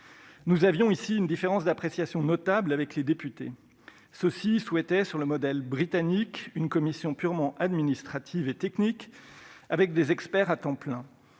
Nous avions ici une différence d'appréciation notable avec les députés qui souhaitaient, sur le modèle britannique, une commission purement administrative et technique avec des experts à temps plein.